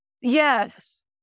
Yes